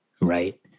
right